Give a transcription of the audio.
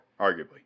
arguably